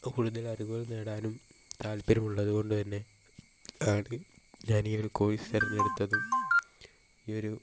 കൂടുതൽ അറിവുകൾ നേടാനും താല്പര്യമുള്ളത് കൊണ്ട് തന്നെ ആണ് ഞാനീ ഈ ഒരു കോഴ്സ് തിരഞ്ഞെടുത്തത് ഈയൊരു